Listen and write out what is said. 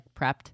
prepped